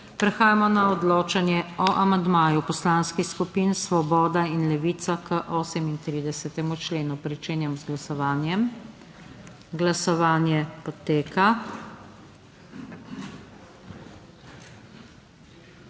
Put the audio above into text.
Prehajamo na odločanje o amandmaju Poslanskih skupin Svoboda in Levica k 51. členu. Glasujemo. Glasovanje poteka.